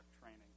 training